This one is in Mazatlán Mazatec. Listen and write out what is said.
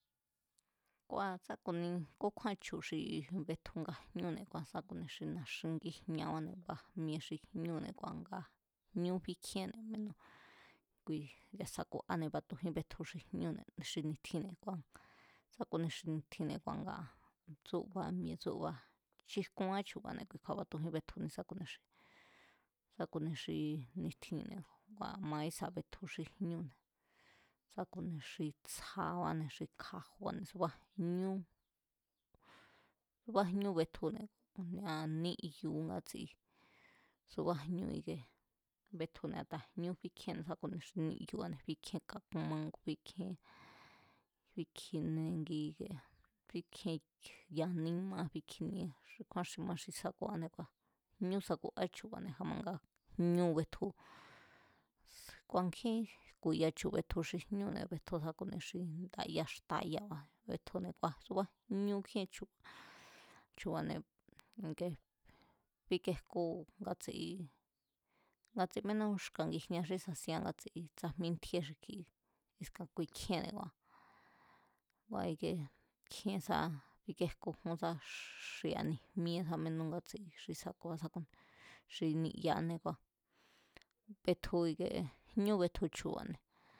Kua̱ sa̱ ku̱ni kúkjúán chu̱ xi betju nga jñúne̱ kua̱ sá ku̱ni xi na̱xingíjñabáne̱ bajmie xi jñúne̱ kua̱ nga jñú bíkjíen kui ya̱ sakuáne̱ nga matujínbetju xi jñúne̱ xi ni̱tjin kua̱ sá ku̱ni xi ni̱tjinne̱ kua̱ tsúba mi̱e̱ tsúba, chíjkuán chu̱ba̱ne̱ kuikju̱a̱ matujín betjuni sa ku̱ni sa ku̱ni xi ni̱tjinne̱ kua̱ a̱ma ísa betju xi jñúne̱, sá ku̱ni xi tsjabáne̱ kja̱ju̱ba̱ne̱ suba jñú, subá jñú betjune̱ ku̱nia níyu ngatsi, suba jñú ike betjune̱ a̱ndaa̱ jñú bíkjíénne̱ sa ku̱nia xi níyuba̱ne̱ fíkjien kakun mangu̱ bíkjíén, bíkjenengi ikie bíkjíén yánímá bíkjinie xi kjúán xi ma xi sakuáne̱ kua̱, ñú sakuá chu̱ba̱ne̱ a̱ ma nga jñú betju kua̱ nkjín jku̱ya chu̱ betju xi jñúne̱, betju sá ku̱ ni xi ndayá xtayaba̱, subá jñú kjíen chu̱ba̱, chu̱ba̱ne̱ bíkejkú ngátsi, ngatsi mínú xka̱ ngijña xí sasiean, ngatsi tsajmí ntjíé xi kji askan kui kjíénne̱ nga ikiee kjíén sá, bíkéjkujún sá xi̱a̱ ni̱jmíé sá minú ngatsi xi sakuá sákui xi ni'yaanée̱ kua̱, betju i̱kie jñú betju chu̱ba̱ne̱